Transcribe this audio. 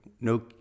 no